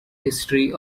history